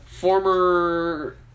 Former